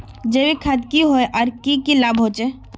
जैविक खाद की होय आर की की लाभ होचे?